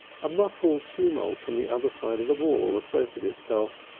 a muffled tumult on the other side of the wall asserted itself.